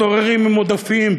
מתעוררים עם עודפים,